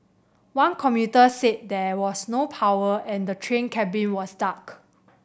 one commuter said there was no power and the train cabin was dark